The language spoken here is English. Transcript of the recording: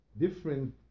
different